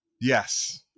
yes